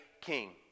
king